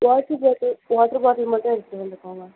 water bottle water bottle மட்டும் எடுத்துகிட்டு வந்துக்கோங்க